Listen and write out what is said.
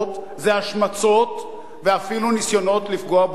זה השמצות ואפילו ניסיונות לפגוע בו פיזית.